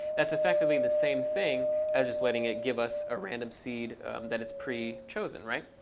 that's effectively the same thing as just letting it give us a random seed that its pre-chosen, right?